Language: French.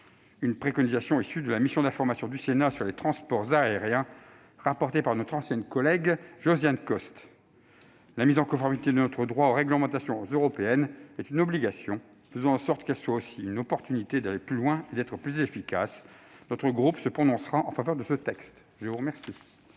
Cette préconisation est issue de la mission d'information du Sénat sur les transports aériens, dont notre ancienne collègue Josiane Costes était rapporteure. La mise en conformité de notre droit avec les réglementations européennes est une obligation. Faisons en sorte qu'elle soit aussi une occasion d'aller plus loin et d'être plus efficace. Notre groupe se prononcera en faveur de ce texte. La parole